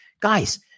guys